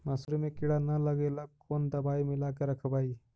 मसुरी मे किड़ा न लगे ल कोन दवाई मिला के रखबई?